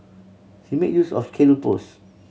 he made use of post